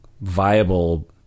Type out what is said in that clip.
viable